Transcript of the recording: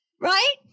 Right